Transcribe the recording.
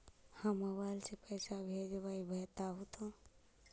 हम मोबाईल से पईसा भेजबई बताहु तो?